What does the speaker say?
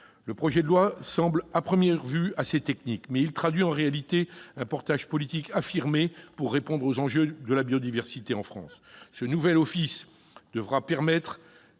Le projet de loi semble à première vue assez technique, mais il traduit en réalité un portage politique affirmé pour répondre aux enjeux de la biodiversité en France. Ce nouvel office devrait permettre